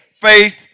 faith